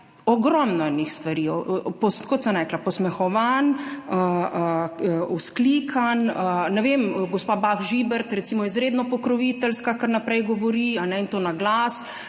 ogromno enih stvari, kot sem rekla, posmehovanj, vzklikanj, ne vem, gospa Bah Žibert je recimo izredno pokroviteljska, kar naprej govori, in to na glas,